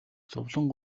зовлон